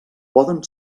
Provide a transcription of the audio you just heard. poden